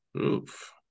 Oof